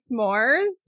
smores